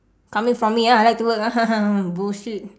coming from me ah I like to work ah bullshit